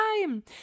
time